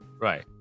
Right